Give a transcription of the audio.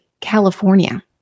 California